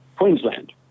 Queensland